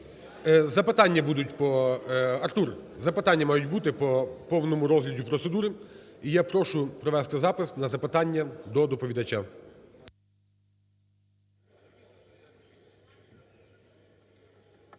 запитання мають бути по повному розгляду процедури. І я прошу провести запис на запитання до доповідача.